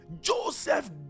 Joseph